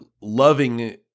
loving